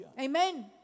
Amen